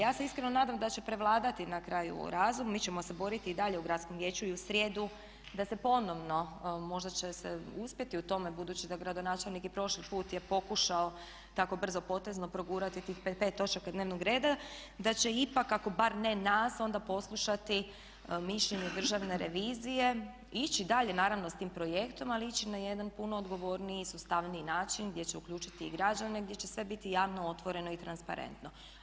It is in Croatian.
Ja se iskreno nadam da će prevladati na kraju razum, mi ćemo se boriti i dalje u Gradskom vijeću i u srijedu da se ponovno, možda će se uspjeti u tome budući da gradonačelnik i prošli put je pokušao tako brzopotezno progurati tih pet točaka dnevnog reda, da će ipak ako bar ne nas onda poslušati mišljenje Državne revizije i ići dalje naravno s tim projektom, ali ići na jedan puno odgovorniji, sustavniji način gdje će uključiti i građane, gdje će sve biti javno, otvoreno i transparentno.